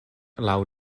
laŭ